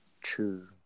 True